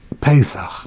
Pesach